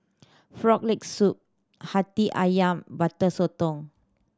Frog Leg Soup Hati Ayam Butter Sotong